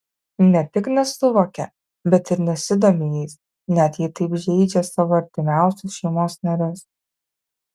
ne tik nesuvokia bet ir nesidomi jais net jei taip žeidžia savo artimiausius šeimos narius